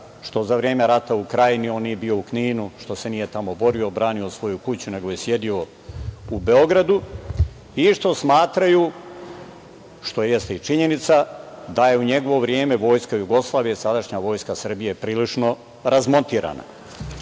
što za vreme rata u Krajini on nije bio u Kninu, što se nije tamo borio, branio svoju kuću, nego je sedeo u Beogradu i što smatraju, što jeste i činjenica, da je u njegovo vreme Vojska Jugoslavije, sadašnja Vojska Srbije prilično razmontirana.A